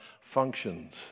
functions